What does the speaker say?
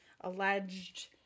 alleged